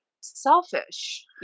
selfish